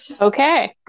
Okay